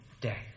day